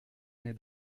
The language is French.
n’est